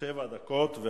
שבע דקות.